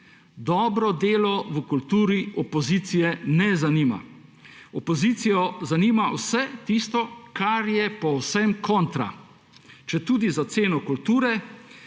dobro delo v kulturi opozicije ne zanima, opozicijo zanima vse tisto, kar je povsem kontra, četudi za ceno kulture.